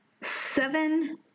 seven